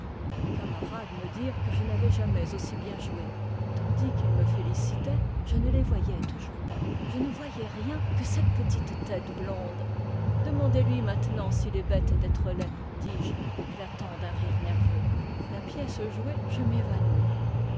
mes camarades me dirent que je n'avais jamais aussi bien joué tandis qu'ils me félicitaient je ne les voyais toujours pas je ne voyais rien que cette petite tète blonde demandez-lui maintenant s'il est bête d'être laid dis-je éclatant d'un rire nerveux la pièce jouée je m'évanouis